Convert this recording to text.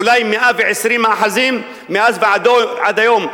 אולי 120 מאחזים מאז ועד היום.